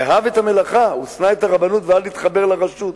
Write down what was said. אהב את המלאכה ושנא את הרבנות ואל תתחבר לרשות.